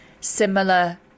similar